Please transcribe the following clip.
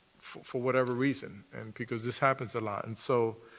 for whatever reason and because this happens a lot, and so,